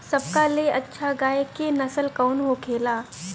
सबका ले अच्छा गाय के नस्ल कवन होखेला?